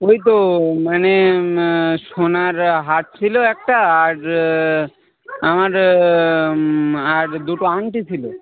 ওই তো মানে সোনার হার ছিলো একটা আর আমার আর দুটো আংটি ছিলো